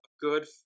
good